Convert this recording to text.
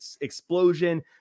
explosion